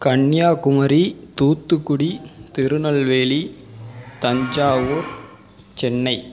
Kanyakumari Thoothukudi Tirunelveli Thanjavur Chennai